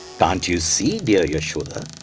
can't you see, dear yashoda?